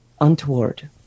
untoward